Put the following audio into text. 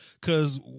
cause